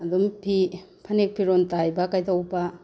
ꯑꯗꯨꯝ ꯐꯤ ꯐꯅꯦꯛ ꯐꯤꯔꯣꯟ ꯇꯥꯏꯕ ꯀꯩꯗꯧꯕ